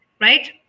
right